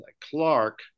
Clark